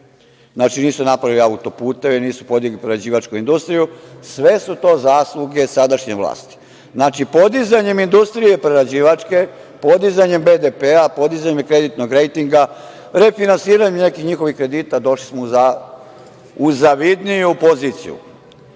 Nisu napravili autoputeve, nisu podigli prerađivačku industriju. Sve su to zasluge sadašnje vlasti. Znači, podizanjem industrije prerađivačke, podizanjem BDP-a, podizanjem kreditnog rejtinga, refinansiranjem nekih njihovih kredita došli smo u zavidniju poziciju. Danas